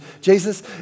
Jesus